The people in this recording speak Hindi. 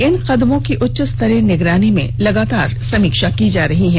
इन कदमों की उच्च स्तरीय निगरानी में लगातार समीक्षा की जा रही है